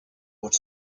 vårt